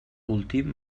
últim